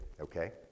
okay